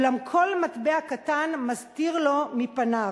אולם כל מטבע קטן מסתיר בפניו".